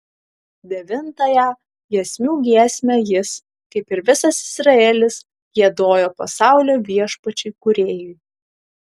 devintąją giesmių giesmę jis kaip ir visas izraelis giedojo pasaulio viešpačiui kūrėjui